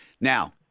now